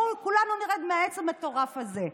בואו כולנו נרד מהעץ המטורף הזה.